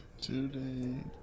Today